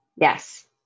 Yes